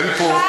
אין פה,